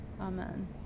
Amen